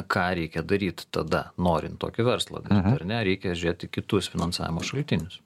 ką reikia daryt tada norint tokį verslą daryt ar ne reikia žiūrėt į kitus finansavimo šaltinius